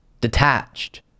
detached